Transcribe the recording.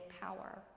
power